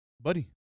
buddy